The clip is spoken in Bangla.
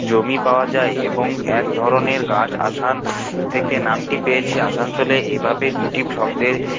জমি পাওয়া যায় এবং এক ধরনের গাছ আসান থেকে নামটি পেয়েছে আসানসোলে এভাবে দুটি শব্দের